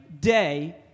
day